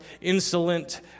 insolent